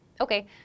Okay